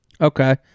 okay